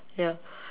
ya